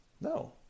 No